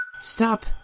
Stop